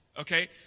okay